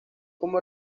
como